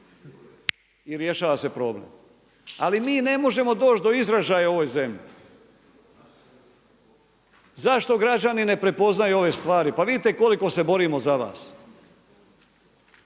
I rješava se problem. Ali mi ne možemo doći do izražaja u ovoj zemlji. Zašto građani ne prepoznaju ove stvari? Pa vidite koliko se borimo za vas.